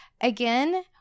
again